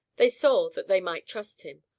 they saw that they might trust him.